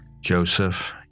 Joseph